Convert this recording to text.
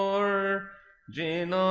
are you